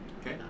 Okay